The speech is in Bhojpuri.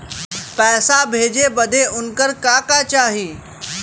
पैसा भेजे बदे उनकर का का चाही?